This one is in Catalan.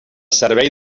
servei